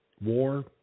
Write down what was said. war